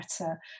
better